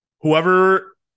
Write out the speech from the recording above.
whoever